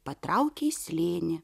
patraukė į slėnį